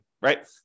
right